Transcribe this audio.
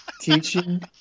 Teaching